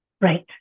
Right